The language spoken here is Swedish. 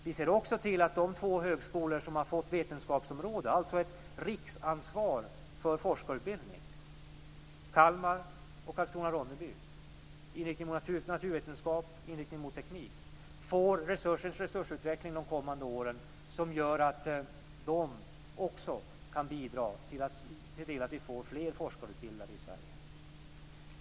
Vi ser också till att de två högskolor som har fått ett vetenskapsområde, alltså ett riksansvar för forskarutbildning, Kalmar och Karlskrona/Ronneby, inriktning mot naturvetenskap och inriktning mot teknik, får resursutveckling de kommande åren som gör att de också kan bidra till att se till att vi får fler forskarutbildade i Sverige.